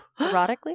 Erotically